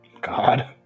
God